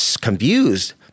confused